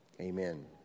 Amen